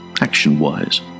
action-wise